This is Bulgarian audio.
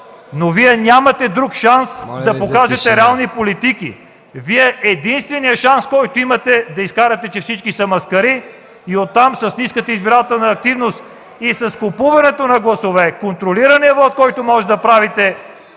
Но Вие нямате друг шанс да покажете реални политики. Единственият шанс, който имате, е да изкарате, че всички са маскари и оттам с ниската избирателна активност и с купуването на гласове – контролираният вот, който можете да правите,